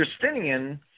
Justinian